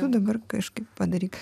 tu dabar kažkaip padaryk